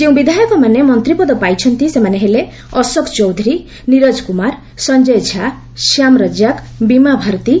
ଯେଉଁ ବିଧାୟକମାନେ ମନ୍ତ୍ରୀପଦ ପାଇଛନ୍ତି ସେମାନେ ହେଲେ ଅଶୋକ ଚୌଧୁରୀ ନିରଜ କୁମାର ସଞ୍ଜୟ ଝା ଶ୍ୟାମ ରଜାକ୍ ବିମାଭାରତୀ